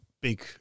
big